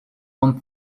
one